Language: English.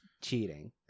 cheating